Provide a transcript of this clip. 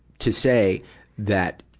to say that,